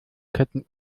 ketten